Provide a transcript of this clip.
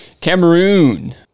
Cameroon